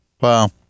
Wow